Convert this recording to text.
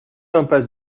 impasse